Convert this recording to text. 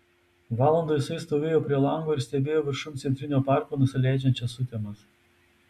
valandą jisai stovėjo prie lango ir stebėjo viršum centrinio parko nusileidžiančias sutemas